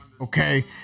okay